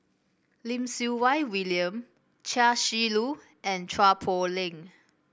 Lim Siew Wai William Chia Shi Lu and Chua Poh Leng